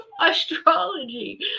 astrology